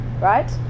right